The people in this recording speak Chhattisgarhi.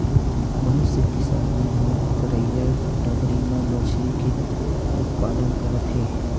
बहुत से किसान मन ह तरईया, डबरी म मछरी के उत्पादन करत हे